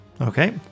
Okay